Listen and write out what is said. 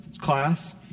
class